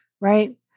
Right